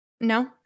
No